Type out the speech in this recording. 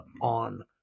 on